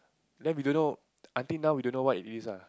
then we don't know I think now we don't know what it is uh